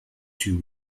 two